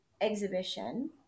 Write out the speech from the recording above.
exhibition